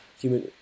human